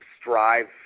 strive